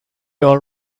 all